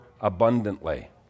abundantly